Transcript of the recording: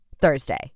Thursday